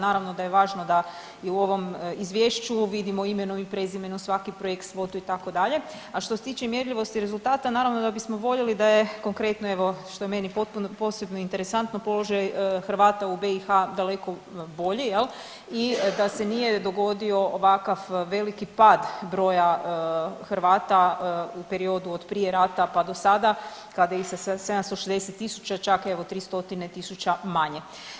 Naravno da je važno da i u ovom izvješću vidimo imenom i prezimenom svaki projekt, svotu itd., a što se tiče mjerljivosti rezultata naravno da bismo voljeli da je, konkretno evo što je meni posebno interesantno položaj Hrvata u BiH daleko bolji i da se nije dogodio ovakav veliki pad broja Hrvata u periodu od prije rata pa dosada kada ih sa 760.000 čak evo 300.000 manje.